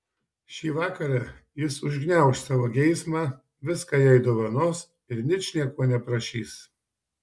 šį vakarą jis užgniauš savo geismą viską jai dovanos ir ničnieko neprašys